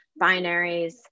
binaries